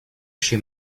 she